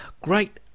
great